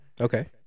Okay